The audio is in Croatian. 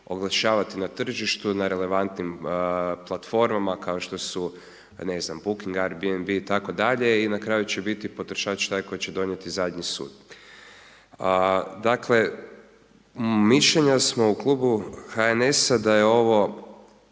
oglašavati na tržištu na relevantnim platformama kao što su .../Govornik se ne razumije./... RBNB itd. i na kraju će biti potrošač taj koji će donijeti zadnji sud. Dakle, mišljenja smo u klubu HNS-a da je ovo